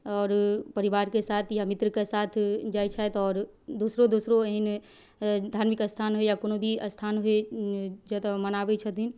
आओर परिवारके साथ या मित्रके साथ जाइ छथि आओर दोसरो दोसरो एहन धार्मिक स्थान या कोनो भी स्थान होइ जतौ मनाबै छथिन